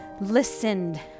listened